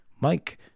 Mike